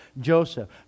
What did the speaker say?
Joseph